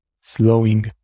slowing